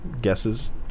guesses